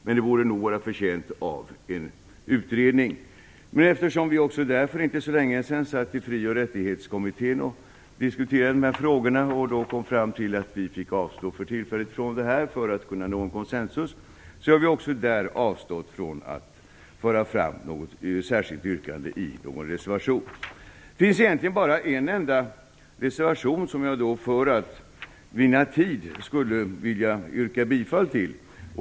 Men frågan borde nog vara förtjänt av en utredning. Men eftersom vi för inte så länge sedan i Fri och rättighetskommittén diskuterade de här frågorna och då kom fram till att vi för tillfället fick avstå från detta för att kunna nå konsensus, har vi också där avstått från att föra fram något särskilt yrkande i reservation. Eftersom jag vill vinna tid finns det egentligen bara en enda reservation som jag skulle vilja yrka bifall till.